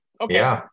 Okay